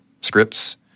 scripts